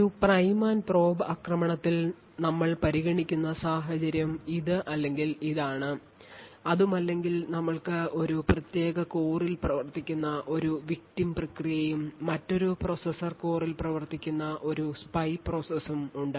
ഒരു prime and probe ആക്രമണത്തിൽ ഞങ്ങൾ പരിഗണിക്കുന്ന സാഹചര്യം ഇത് അല്ലെങ്കിൽ ഇതാണ് അതുമല്ലെങ്കിൽ ഞങ്ങൾക്ക് ഒരു പ്രത്യേക കോറിൽ പ്രവർത്തിക്കുന്ന ഒരു victim പ്രക്രിയയും മറ്റൊരു പ്രോസസർ കോറിൽ പ്രവർത്തിക്കുന്ന ഒരു സ്പൈ പ്രോസസും ഉണ്ട്